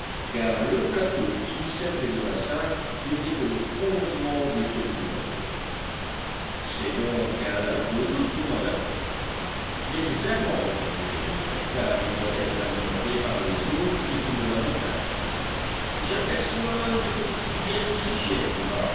car le plateau qui lui servait de bassin n'était que le prolongement de celui de la côte c'est donc un lac d'eau douce demanda pencroff nécessairement répondit l'ingénieur car il doit être alimenté par les eaux qui s'écoulent de la montagne j'aperçois une petite rivière qui s'y jette